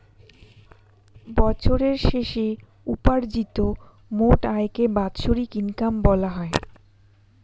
বছরের শেষে উপার্জিত মোট আয়কে বাৎসরিক ইনকাম বলা হয়